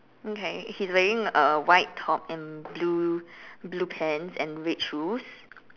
okay he's wearing a white top in blue blue pants and red shoes